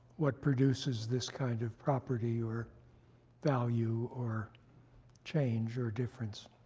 what produces this kind of property or value or change or difference.